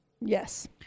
Yes